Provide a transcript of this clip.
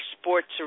sports